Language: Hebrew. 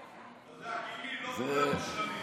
חביבי, לא כולם מושלמים.